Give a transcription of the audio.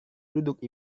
duduk